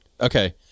Okay